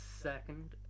second